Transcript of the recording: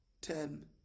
ten